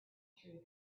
through